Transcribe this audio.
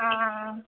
हँ हँ